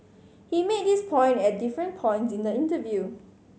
he made this point at different points in the interview